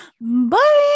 Bye